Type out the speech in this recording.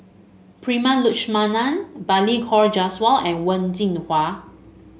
Prema Letchumanan Balli Kaur Jaswal and Wen Jinhua